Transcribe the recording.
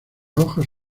hojas